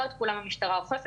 לא את כולם המשטרה אוכפת.